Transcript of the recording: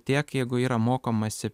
tiek jeigu yra mokomasi